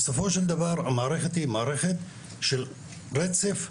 בסופו של דבר המערכת היא מערכת של רצף,